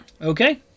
Okay